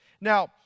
Now